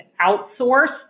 outsourced